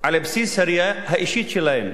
על בסיס הראייה האישית שלהם,